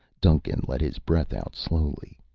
duncan let his breath out slowly.